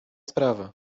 sprawa